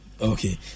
Okay